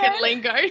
lingo